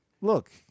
look